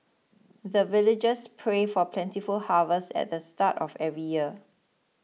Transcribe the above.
the villagers pray for plentiful harvest at the start of every year